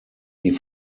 die